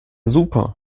super